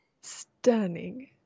Stunning